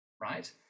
right